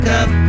up